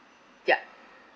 ya